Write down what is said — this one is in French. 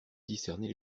discerner